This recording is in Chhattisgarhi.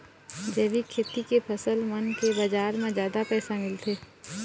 जैविक खेती के फसल मन के बाजार म जादा पैसा मिलथे